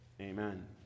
Amen